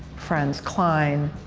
franz kline,